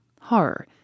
horror